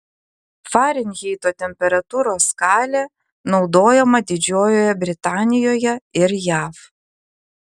farenheito temperatūros skalė naudojama didžiojoje britanijoje ir jav